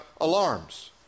alarms